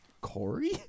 Corey